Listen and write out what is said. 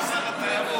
אתה שר התיירות,